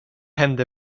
hände